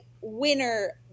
winner